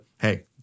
hey